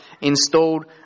installed